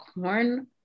corn